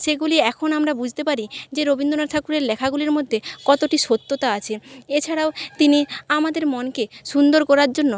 সেগুলি এখন আমরা বুঝতে পারি যে রবীন্দ্রনাথ ঠাকুরের লেখাগুলির মধ্যে কতটা সত্যতা আছে এছাড়াও তিনি আমাদের মনকে সুন্দর করার জন্য